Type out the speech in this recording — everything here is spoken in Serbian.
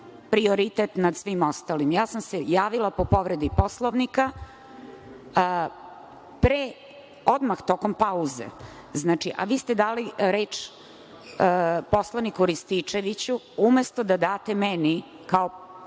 prioritet nad svim ostalim. Javila sam se, po povredi Poslovnika, odmah tokom pauze, a vi ste dali reč poslaniku Rističeviću, umesto da date meni,